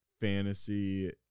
Fantasy